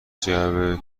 جعبه